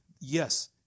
Yes